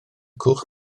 cwch